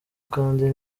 kandi